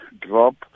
drop